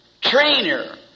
trainer